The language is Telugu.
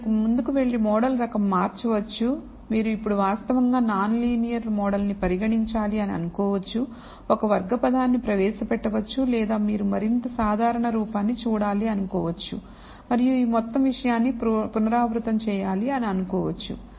మీరు ముందుకు వెళ్లి మోడల్ రకం మార్చవచ్చు మీరు ఇప్పుడు వాస్తవంగా నాన్ లీనియర్ మోడల్ ను పరిగణించాలని అనుకోవచ్చు ఒక వర్గ పదాన్ని ప్రవేశపెట్టవచ్చు లేదా మీరు మరింత సాధారణ రూపాన్ని చూడాలి అనుకోవచ్చు మరియు ఈ మొత్తం విషయాన్ని పునరావృతం చేయాలి అనుకోవచ్చు